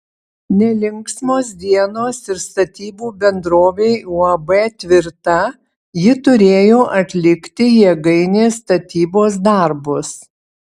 nelinksmos dienos ir statybų bendrovei uab tvirta ji turėjo atlikti jėgainės statybos darbus